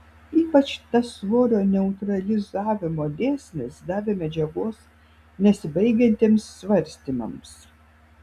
ypač tas svorio neutralizavimo dėsnis davė medžiagos nesibaigiantiems svarstymams